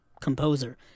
composer